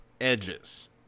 edges